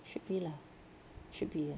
should be lah should be